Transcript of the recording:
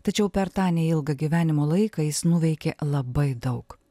tačiau per tą neilgą gyvenimo laiką jis nuveikė labai daug